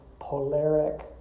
polaric